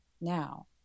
now